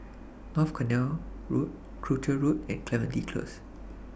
North Canal Road Croucher Road and Clementi Close